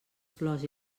flors